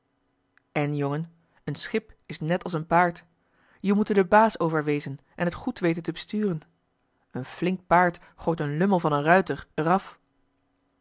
en jongen een schip is net als een paard je moet er de baas over wezen en het goed weten te besturen een flink paard gooit een lummel van een ruiter er